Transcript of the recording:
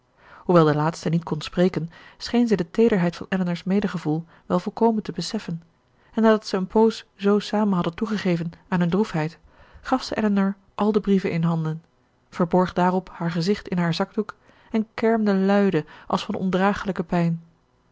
hoewel de laatste niet kon spreken scheen zij de teederheid van elinor's medegevoel wel volkomen te beseffen en nadat zij een poos zoo samen hadden toegegeven aan hunne droefheid gaf zij elinor al de brieven in handen verborg daarop haar gezicht in haar zakdoek en kermde luide als van ondragelijke pijn